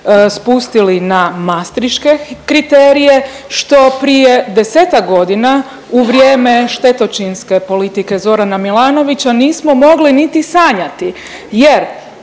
spustili na mastriške kriterije, što prije 10-tak godina u vrijeme štetočinske politike Zorana Milanovića nismo mogli niti sanjati jer